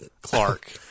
Clark